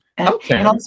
okay